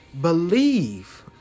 believe